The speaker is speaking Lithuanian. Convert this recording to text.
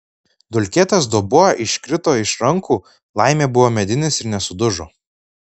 dulkėtas dubuo iškrito iš rankų laimė buvo medinis ir nesudužo